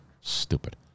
stupid